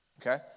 okay